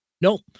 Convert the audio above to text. Nope